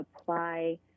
apply